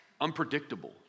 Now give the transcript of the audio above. unpredictable